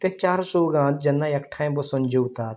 तें चार चौगांत जेन्ना एकठांय बसून जेवतात